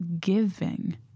giving